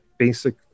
basic